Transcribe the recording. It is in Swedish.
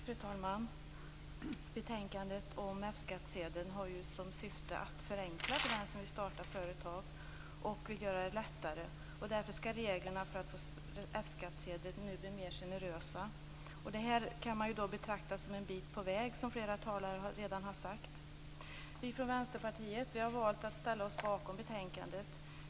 Fru talman! Betänkandet om utfärdande av F skattsedel har till syfte att förenkla för den som vill starta företag. Därför skall reglerna för att få F skattsedel bli mer generösa. Detta kan man, som flera talare redan har sagt, betrakta som att man har kommit en bit på väg. Vi från Vänsterpartiet har valt att ställa oss bakom betänkandet.